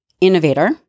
innovator